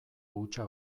hutsa